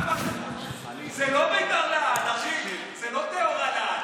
דודי אמסלם,